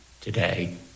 today